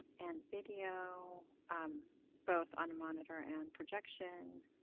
and video um both on a monitor and projection.